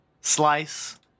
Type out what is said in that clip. slice